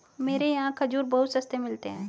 मेरे यहाँ खजूर बहुत सस्ते मिलते हैं